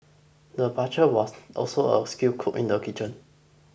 the butcher was also a skilled cook in the kitchen